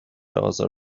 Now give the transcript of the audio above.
آزار